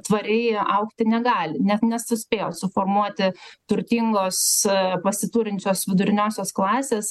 tvariai augti negali net nesuspėjo suformuoti turtingos pasiturinčios viduriniosios klasės